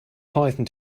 python